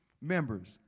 members